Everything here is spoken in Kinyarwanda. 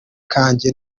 kanjye